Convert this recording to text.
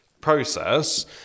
process